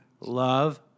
love